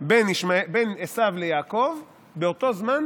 בין עשיו ליעקב, באותו זמן